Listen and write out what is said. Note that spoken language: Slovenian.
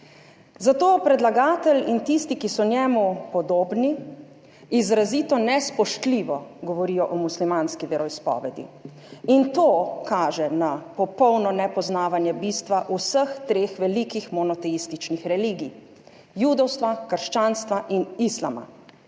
Zato predlagatelj in tisti, ki so njemu podobni, izrazito nespoštljivo govorijo o muslimanski veroizpovedi in to kaže na popolno nepoznavanje bistva vseh treh velikih monoteističnih religij: judovstva, krščanstva in islama,